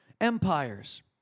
empires